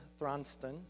Thronston